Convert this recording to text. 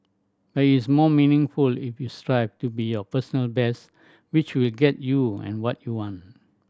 but it is more meaningful if you strive to be your personal best which will get you and what you want